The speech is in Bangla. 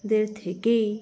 দের থেকেই